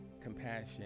compassion